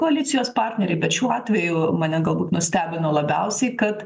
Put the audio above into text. koalicijos partneriai bet šiuo atveju mane galbūt nustebino labiausiai kad